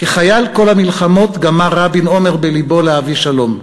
כחייל כל המלחמות גמר רבין אומר בלבו להביא שלום.